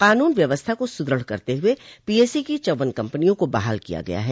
कानून व्यवस्था को सुदृढ़ करते हुए पीएसी की चौव्वन कम्पनियों को बहाल किया गया है